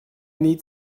need